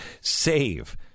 save